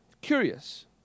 Curious